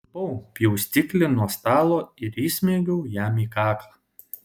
čiupau pjaustiklį nuo stalo ir įsmeigiau jam į kaklą